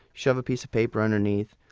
shove a piece of paper underneath,